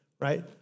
right